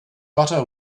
butter